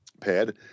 pad